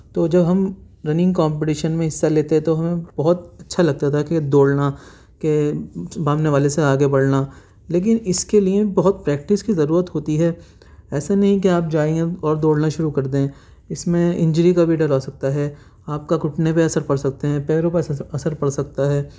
تو جب ہم رننگ کمپٹشین میں حصہ لیتے تو ہمیں بہت اچھا لگتا تھا کہ اب دوڑنا کہ بھاگنے والے سے آگے بڑھنا لیکن اس کے لئے بہت پریکٹس کی ضرورت ہوتی ہے ایسے نہیں کہ آپ جائیں اور دوڑنا شروع کر دیں اس میں انجری کا بھی ڈر رہ سکتا ہے آپ کا گھٹنے پہ اثر پڑ سکتے ہیں پیروں پہ اثر پڑ سکتا ہے